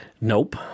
Nope